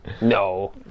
No